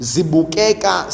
Zibukeka